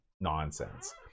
nonsense